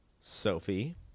Sophie